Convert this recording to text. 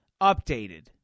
updated